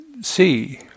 see